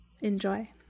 Enjoy